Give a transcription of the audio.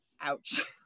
ouch